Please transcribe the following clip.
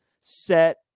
set